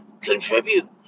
contribute